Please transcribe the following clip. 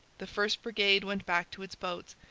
the first brigade went back to its boats.